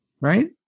right